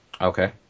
okay